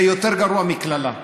זה יותר גרוע מקללה.